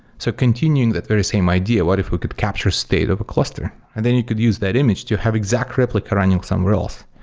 so continuing that very same idea, what if we could capture state of a cluster? and then you could use that image to have exact replica running somewhere else.